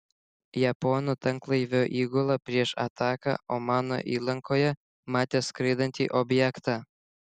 japonų tanklaivio įgula prieš ataką omano įlankoje matė skraidantį objektą